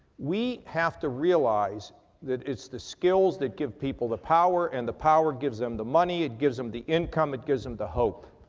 we have to realize that it's the skills that give people the power and the power gives them the money, it gives them the income, it gives them the hope.